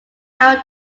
out